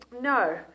No